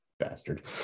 bastard